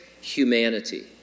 humanity